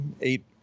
Eight